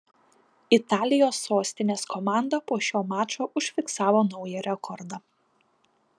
italijos sostinės komanda po šio mačo užfiksavo naują rekordą